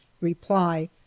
reply